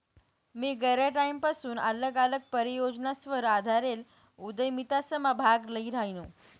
मी गयरा टाईमपसून आल्लग आल्लग परियोजनासवर आधारेल उदयमितासमा भाग ल्ही रायनू